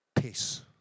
peace